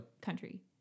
country